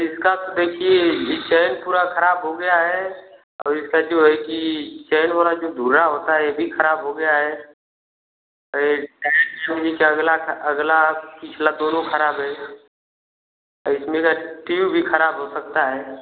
इसका तो देखिए यह चैन पूरा खराब हो गया है और इसका जो है कि चैन वाला जो धूरा होता है यह भी खराब हो गया है यह टायर के ओ नीचे अगला अगला पिछला दोनों खराब है इसमें का ट्यूब भी खराब हो सकता है